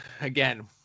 again